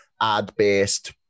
ad-based